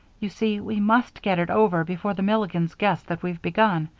you see, we must get it over before the milligans guess that we've begun,